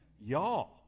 y'all